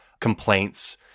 complaints